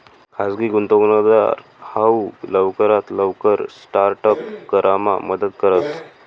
खाजगी गुंतवणूकदार हाऊ लवकरात लवकर स्टार्ट अप करामा मदत करस